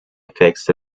effects